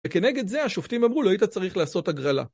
וכנגד זה השופטים אמרו לא היית צריך לעשות הגרלה